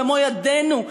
במו-ידינו,